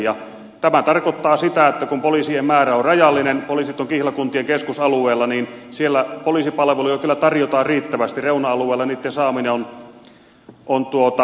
ja tämä tarkoittaa sitä että kun poliisien määrä on rajallinen poliisit ovat kihlakuntien keskusalueilla niin siellä poliisipalveluja kyllä tarjotaan riittävästi reuna alueilla niitten saaminen on huonompaa